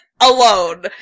Alone